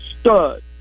stud